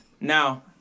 Now